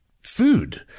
food